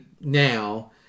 now